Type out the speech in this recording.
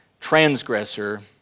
transgressor